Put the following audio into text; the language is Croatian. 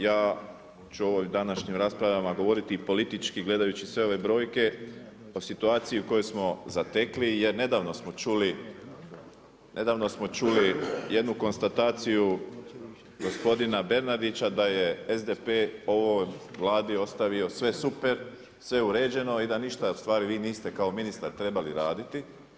Ja ću u ovim današnjim raspravama govoriti i politički gledajući sve ove brojke, o situaciji koju smo zatekli jer nedavno smo čuli jednu konstataciju gospodina Bernardića da je SDP ovoj Vladi ostavio sve super, sve uređeno i da ništa u stvari vi niste kao ministar trebali raditi.